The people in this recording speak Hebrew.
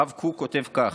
הרב קוק כותב כך: